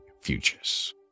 Futures